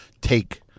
take